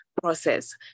process